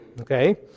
okay